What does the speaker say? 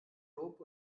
lob